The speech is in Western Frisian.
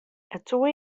soe